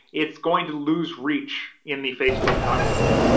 it's going to lose reach in the facebook algorithm.